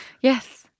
Yes